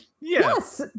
Yes